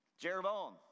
Jeroboam